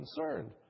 concerned